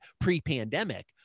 pre-pandemic